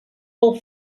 pel